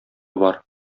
бар